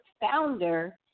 founder